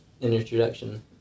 introduction